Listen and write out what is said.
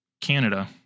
Canada